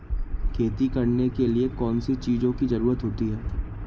खेती करने के लिए कौनसी चीज़ों की ज़रूरत होती हैं?